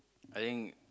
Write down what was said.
I think